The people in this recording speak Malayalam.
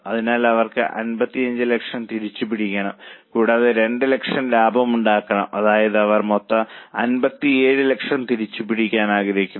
അതിനാൽ അവർക്ക് 55 ലക്ഷം തിരിച്ചുപിടിക്കണം കൂടാതെ 2 ലക്ഷം ലാഭമുണ്ടാക്കണം അതായത് അവർ മൊത്തം 57 ലക്ഷം തിരിച്ചുപിടിക്കാൻ ആഗ്രഹിക്കുന്നു